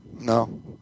No